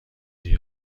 مقدار